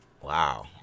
Wow